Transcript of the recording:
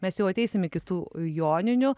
mes jau ateisim iki tų joninių